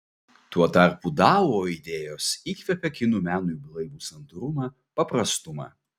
tuo tarpu dao idėjos įkvepia kinų menui blaivų santūrumą paprastumą